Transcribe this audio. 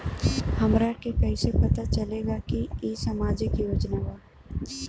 हमरा के कइसे पता चलेगा की इ सामाजिक योजना बा?